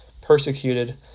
persecuted